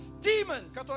Demons